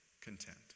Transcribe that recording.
content